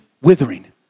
withering